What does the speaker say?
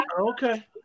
Okay